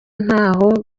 ntaho